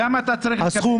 כמה אתה צריך לקבל?